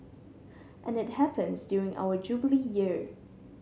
and it happens during our Jubilee Year